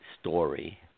story